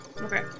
Okay